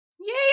Yay